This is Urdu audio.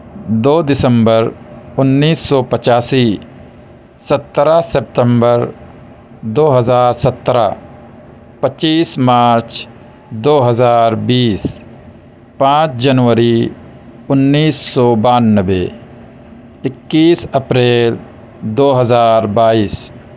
دو دسمبر انیس سو پچاسی سترہ سپتمبر دو ہزار سترہ پچیس مارچ دو ہزار بیس پانچ جنوری انیس سو بانوے اکیس اپریل دو ہزار بائیس